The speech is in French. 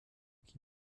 qui